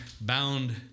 bound